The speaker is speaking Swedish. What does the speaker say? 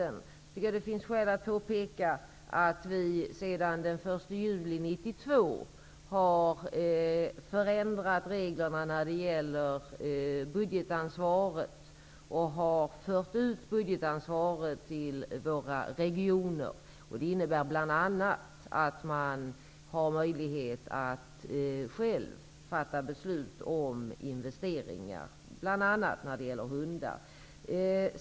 Jag tycker att det finns skäl att påpeka att vi sedan den 1 juli 1992 har ändrade regler när det gäller budgetansvaret, som förts ut till regionerna. Det innebär bl.a. att man har möjlighet att själv fatta beslut om investeringar t.ex. när det gäller hundar.